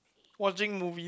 watching movies